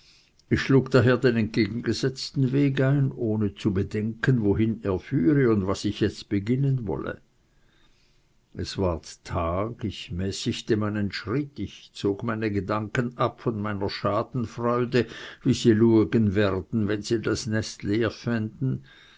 ich schlug daher den entgegengesetzten weg ein ohne zu bedenken wohin er führe es ward tag ich mäßigte meinen schritt zog meine gedanken ab von meiner schadenfreude wie sie luegen werden wenn sie das nest leer fänden